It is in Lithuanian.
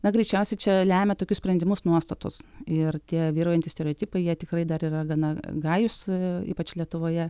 na greičiausiai čia lemia tokius sprendimus nuostatos ir tie vyraujantys stereotipai jie tikrai dar yra gana gajūs ypač lietuvoje